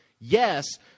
Yes